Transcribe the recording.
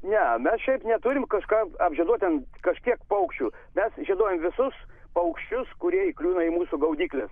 ne mes šiaip neturim kažką apžieduot ten kažkiek paukščių mes žieduojam visus paukščius kurie įkliūna į mūsų gaudykles